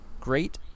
great